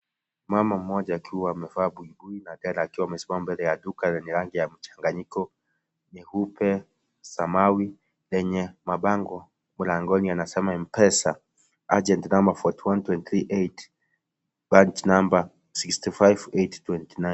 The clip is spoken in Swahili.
Mama mmoja akiwa amevaa buibui na dera akiwa amesimama mbele ya duka lenye rangi ya mchanganyiko nyeupe, samawi lenye mabango mlangoni yanasema M-pesa agent number forty one twenty three eight, bunch number sixty five eight twenty nine .